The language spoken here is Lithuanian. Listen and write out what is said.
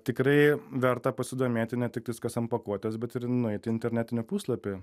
tikrai verta pasidomėti ne tiktais kas ant pakuotės bet ir nueiti į internetinį puslapį